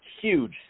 huge